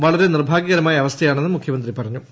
വളരെ നിർഭാഗൃകരമായ അവസ്ഥയാണെന്നും മുഖ്യമന്ത്രി പറഞ്ഞു